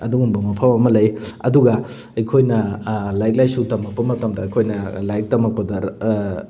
ꯑꯗꯨꯒꯨꯝꯕ ꯃꯐꯝ ꯑꯃ ꯂꯩ ꯑꯗꯨꯒ ꯑꯩꯈꯣꯏꯅ ꯂꯥꯏꯔꯤꯛ ꯂꯥꯏꯁꯨ ꯇꯝꯃꯛꯄ ꯃꯇꯝꯗ ꯑꯩꯈꯣꯏꯅ ꯂꯥꯏꯔꯤꯛ ꯇꯝꯃꯛꯄꯗ